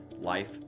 life